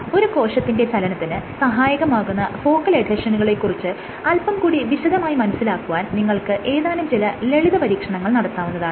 ഒരു കോശത്തിന്റെ ചലനത്തിന് സഹായകമാകുന്ന ഫോക്കൽ എഡ്ഹെഷനുകളെ കുറിച്ച് അല്പം കൂടി വിശദമായി മനസ്സിലാക്കുവാൻ നിങ്ങൾക്ക് ഏതാനും ചില ലളിത പരീക്ഷണങ്ങൾ നടത്താവുന്നതാണ്